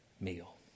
meal